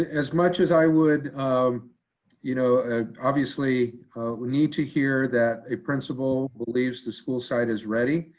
ah as much as i would um you know ah obviously we need to hear that a principal believes the school site is ready.